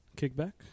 kickback